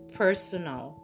personal